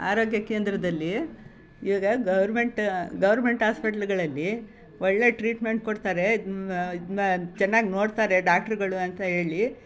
ಆರೋಗ್ಯ ಕೇಂದ್ರದಲ್ಲಿ ಇವಾಗ ಗೌರ್ಮೆಂಟ್ ಗೌರ್ಮೆಂಟ್ ಹಾಸ್ಪಿಟ್ಲುಗಳಲ್ಲಿ ಒಳ್ಳೆಯ ಟ್ರೀಟ್ಮೆಂಟ್ ಕೊಡ್ತಾರೆ ಚೆನ್ನಾಗ್ ನೋಡ್ತತಾ ಡಾಕ್ಟ್ರುಗಳು ಅಂತ ಹೇಳಿ